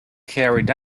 carried